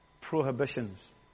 prohibitions